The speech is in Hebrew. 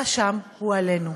היה שם, היא עלינו.